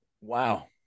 wow